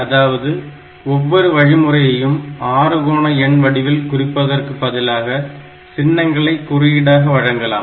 அதாவது ஒவ்வொரு வழிமுறைகளையும் ஆறுகோண எண் வடிவில் குறிப்பதற்கு பதிலாக சின்னங்களை குறியீடாக வழங்கலாம்